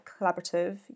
collaborative